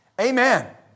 Amen